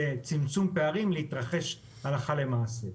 לצמצום פערים, להתרחש הלכה למעשה.